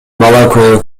бала